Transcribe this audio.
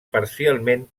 parcialment